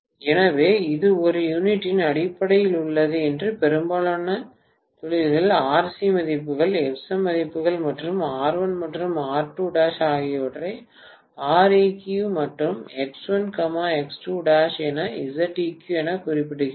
எனவே இது ஒரு யூனிட்டின் அடிப்படையில் உள்ளது மற்றும் பெரும்பாலான தொழில்கள் Rc மதிப்புகள் Xm மதிப்புகள் மற்றும் R1 மற்றும் R2' ஆகியவற்றை Req மற்றும் X1 X2' என Xeq என குறிப்பிடுகின்றன